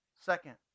Second